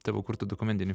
tavo kurtų dokumentinių